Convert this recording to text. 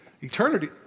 Eternity